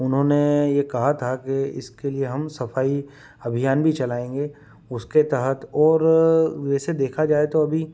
उन्होंने यह कहा था कि इसके लिए हम सफाई अभियान भी चलाएँगे उसके तहत और वैसे देखा जाए तो अभी